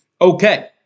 Okay